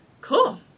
Cool